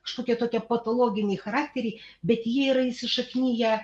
kašokie tokie patologinai charakteriai bet jie yra įsišakniję